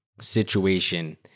situation